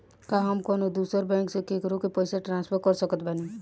का हम कउनों दूसर बैंक से केकरों के पइसा ट्रांसफर कर सकत बानी?